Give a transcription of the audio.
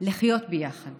לחיות ביחד